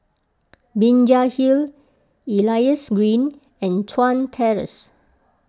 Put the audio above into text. Binjai Hill Elias Green and Chuan Terrace